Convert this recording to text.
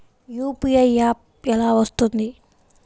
UPI app ఎలా వస్తుంది?